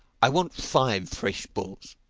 i want five fresh bulls.